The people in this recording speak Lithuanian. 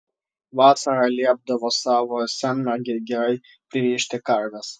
vasarą liepdavo savo senmergei gerai pririšti karves